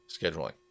scheduling